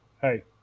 hey